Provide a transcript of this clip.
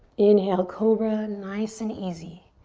inhale, cobra, nice and easy.